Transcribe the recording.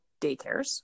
daycares